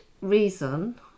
reason